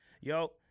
Yo